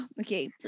okay